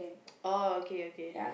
oh okay okay